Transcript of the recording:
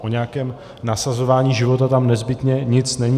O nějakém nasazování života tam nezbytně nic není.